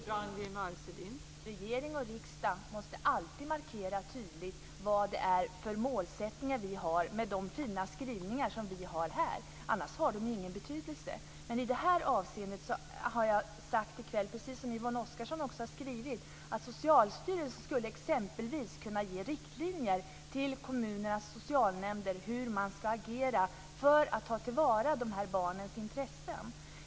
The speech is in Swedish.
Fru talman! Regering och riksdag måste alltid tydligt markera vad det är för målsättningar vi har med de fina skrivningar som vi har här. Annars har de ju ingen betydelse. Men i det här avseendet har jag sagt i kväll, precis som Yvonne Oscarsson också har skrivit, att Socialstyrelsen exempelvis skulle kunna ge riktlinjer till kommunernas socialnämnder hur man ska agera för att ta till vara de här barnens intressen.